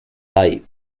live